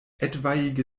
etwaige